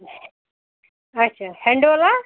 اچھا ہٮ۪نٛڈولا